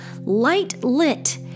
light-lit